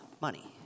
money